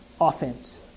offense